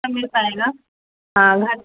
مل پائے گا ہاں گھر